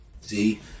See